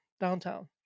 downtown